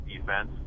defense